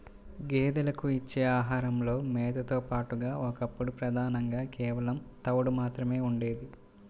గేదెలకు ఇచ్చే ఆహారంలో మేతతో పాటుగా ఒకప్పుడు ప్రధానంగా కేవలం తవుడు మాత్రమే ఉండేది